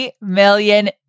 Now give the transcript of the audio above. million